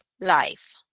life